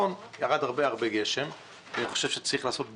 בוקר טוב, אני מתכבד לפתוח את ישיבת ועדת הכספים.